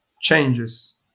changes